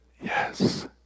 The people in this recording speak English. Yes